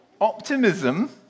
optimism